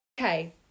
Okay